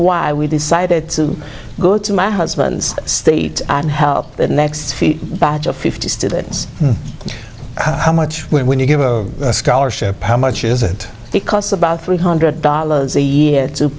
why we decided to go to my husband's state and help the next batch of fifty students how much we're going to give a scholarship how much isn't it costs about three hundred dollars a year to